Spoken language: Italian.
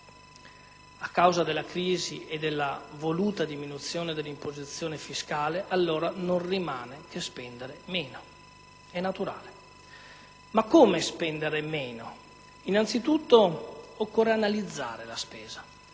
a causa della crisi e della voluta diminuzione dell'imposizione fiscale, allora non rimane che spendere meno. È naturale. Ma come spendere meno? Innanzitutto, occorre analizzare la spesa: